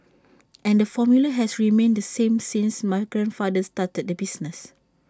and the formula has remained the same since my grandfather started the business